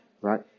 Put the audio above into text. right